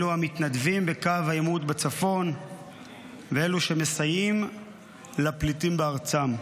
אלו המתנדבים בקו העימות בצפון ואלו שמסייעים לפליטים בארצם.